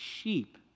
sheep